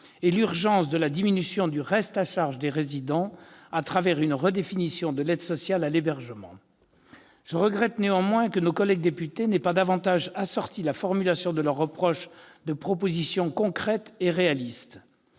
et l'urgence qu'il y a de diminuer le reste à charge des résidents à travers une redéfinition de l'aide sociale à l'hébergement. Je regrette néanmoins que nos collègues députés n'aient pas davantage assorti la formulation de leurs reproches de propositions concrètes et réalistes.